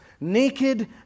naked